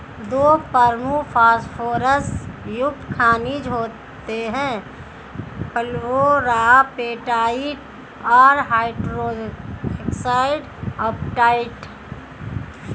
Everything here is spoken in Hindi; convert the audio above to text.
दो प्रमुख फॉस्फोरस युक्त खनिज होते हैं, फ्लोरापेटाइट और हाइड्रोक्सी एपेटाइट